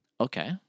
Okay